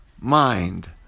mind